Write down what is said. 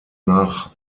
nach